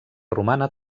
romana